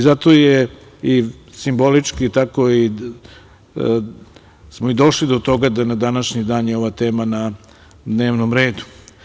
Zato je i simbolički, došli smo do toga da na današnji dan je ova tema na dnevnom redu.